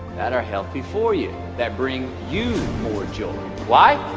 that are healthy for you. that bring you more joy why?